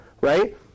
right